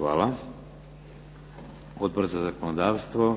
Hvala. Odbor za zakonodavstvo,